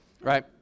right